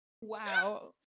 Wow